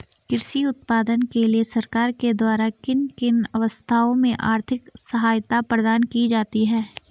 कृषि उत्पादन के लिए सरकार के द्वारा किन किन अवस्थाओं में आर्थिक सहायता प्रदान की जाती है?